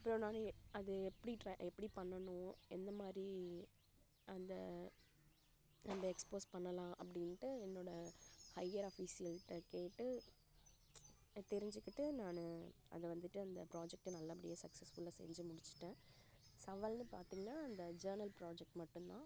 அப்புறம் நாங்கள் அது எப்படி ட்ரை எப்படி பண்ணணும் எந்த மாதிரி அந்த நம்ப எக்ஸ்போஸ் பண்ணலாம் அப்படின்ட்டு என்னோட ஹையர் ஆஃபிஸ்யல்கிட்ட கேட்டு தெரிஞ்சிக்கிட்டு நான் அதை வந்துவிட்டு அந்த ப்ராஜெக்ட்டை நல்லப்படியாக சக்ஸஸ்ஃபுல்லாக செஞ்சு முடிச்சிட்டேன் சாவல்ன்னு பார்த்திங்கன்னா அந்த ஜார்னல் ப்ராஜெக்ட் மட்டும்தான்